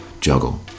juggle